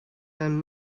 and